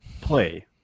play